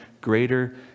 greater